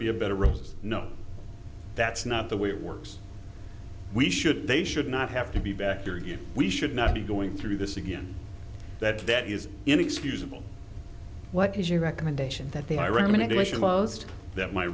be a better result no that's not the way it works we should they should not have to be back here yet we should not be going through this again that that is inexcusable what is your recommendation that